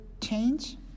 change